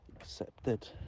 accepted